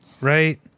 Right